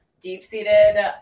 deep-seated